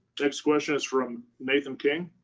next question is from nathan king.